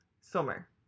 summer